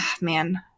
Man